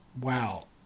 Wow